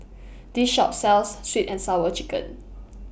This Shop sells Sweet and Sour Chicken